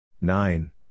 Nine